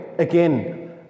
again